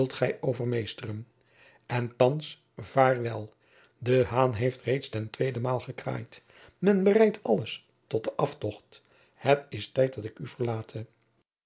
overmeesteren en thands vaarwel de haan heeft jacob van lennep de pleegzoon reeds ten tweedenmale gekraaid men bereidt alles tot den aftocht het is tijd dat ik u verlate